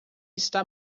está